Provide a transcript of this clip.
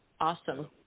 Awesome